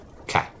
Okay